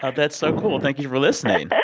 ah that's so cool. thank you for listening. but